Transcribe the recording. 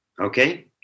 Okay